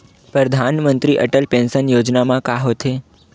परधानमंतरी अटल पेंशन योजना मा का होथे?